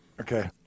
Okay